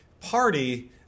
Party